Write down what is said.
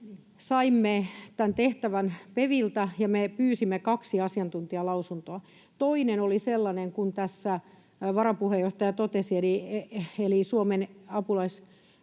saimme tämän tehtävän PeViltä ja me pyysimme kaksi asiantuntijalausuntoa, joista toinen oli sellainen kuin tässä varapuheenjohtaja totesi, eli Suomen apulaisoikeusasiamies